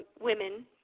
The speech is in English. women